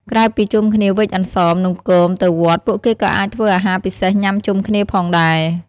ក្រៅពីជុំគ្នាវេចអន្សម នំគម ទៅវត្ត ពួកគេក៏អាចធ្វើអាហារពិសេសញុំាជុំគ្នាផងដែរ។